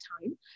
time